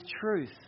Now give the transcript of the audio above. truth